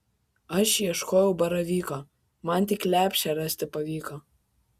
aš ieškojau baravyko man tik lepšę rasti pavyko